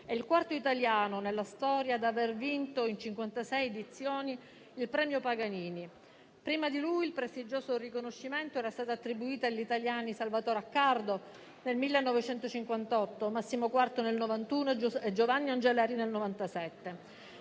è il quarto italiano nella storia ad aver vinto la cinquantaseiesima edizione del Premio Paganini. Prima di lui, il prestigioso riconoscimento era stato attribuito agli italiani Salvatore Accardo nel 1958, Massimo Quarta nel 1991 e Giovanni Angeleri nel 1997.